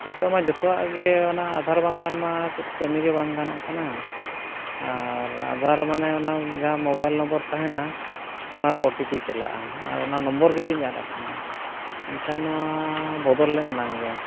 ᱱᱤᱛᱚᱜ ᱢᱟ ᱡᱚᱛᱚᱣᱟᱜ ᱜᱮ ᱚᱱᱟ ᱵᱟᱝᱠᱷᱟᱱ ᱢᱟ ᱪᱮᱫ ᱠᱟᱹᱢᱤᱜᱮ ᱵᱟᱝ ᱜᱟᱱᱚᱜ ᱠᱟᱱᱟ ᱟᱨ ᱢᱟᱱᱮ ᱚᱱᱟ ᱡᱟᱦᱟᱸ ᱛᱟᱦᱮᱱᱟ ᱚᱱᱟᱨᱮ ᱪᱟᱞᱟᱜᱼᱟ ᱚᱱᱟ ᱱᱚᱢᱵᱚᱨ ᱜᱮᱛᱤᱧ ᱟᱫ ᱠᱟᱱᱟ ᱮᱱᱠᱷᱟᱱ ᱱᱚᱣᱟᱻ ᱵᱚᱫᱚᱞᱮᱱ ᱮᱱᱟᱝ ᱜᱮ